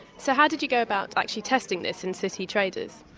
so how did you go about actually testing this in city traders?